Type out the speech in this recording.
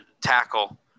tackle